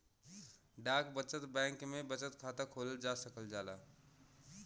डाक बचत बैंक में बचत खाता खोलल जा सकल जाला